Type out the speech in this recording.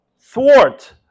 thwart